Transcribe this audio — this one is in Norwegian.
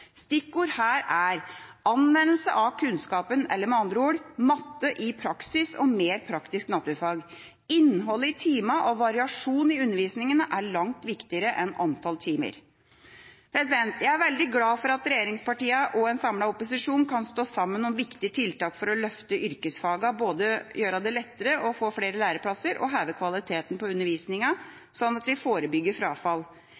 Stikkord er: Anvendelse av kunnskapen eller, med andre ord, matte i praksis og mer praktisk naturfag. Innholdet i timene og variasjon i undervisningen er langt viktigere enn antall timer. Jeg er veldig glad for at regjeringspartiene og en samlet opposisjon kan stå sammen om viktige tiltak for å løfte yrkesfagene – både gjøre det lettere å få flere læreplasser og heve kvaliteten på